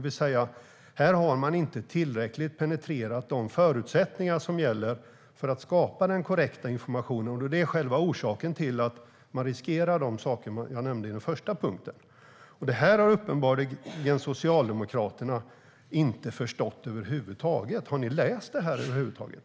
Här har man alltså inte tillräckligt penetrerat de förutsättningar som gäller för att skapa den korrekta informationen, och det är själva orsaken till att man riskerar de saker som jag nämnde i den första punkten. Det här har uppenbarligen Socialdemokraterna inte förstått. Har ni läst detta över huvud taget?